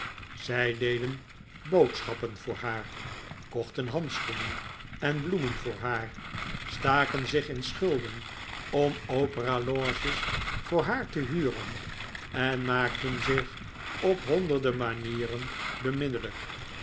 zij deden boodschappen voor haar kochten handschoenen en bloemen voor haar staken zich in schulden om opera loges voor haar te huren en maakten zich op honderden manieren beminnelijk